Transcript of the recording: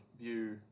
view